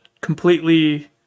completely